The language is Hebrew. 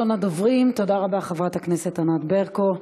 תודה רבה, חברת הכנסת ענת ברקו.